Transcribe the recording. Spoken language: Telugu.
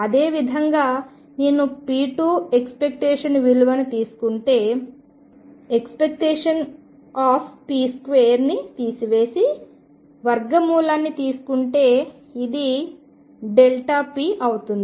అదేవిధంగా నేను p2 ఎక్స్పెక్టేషన్ విలువను తీసుకుంటే ⟨p⟩2ని తీసివేసి వర్గమూలాన్ని తీసుకుంటే ఇది p అవుతుంది